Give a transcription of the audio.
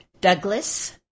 Douglas